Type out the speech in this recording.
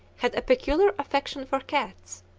had a peculiar affection for cats.